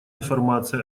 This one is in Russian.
информация